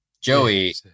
Joey